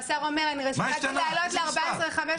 והשר אומר אני ביקשתי להעלות ל-14,500.